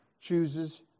chooses